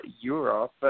Europe